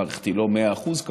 המערכת היא לא מאה אחוז,